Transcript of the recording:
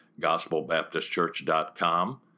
gospelbaptistchurch.com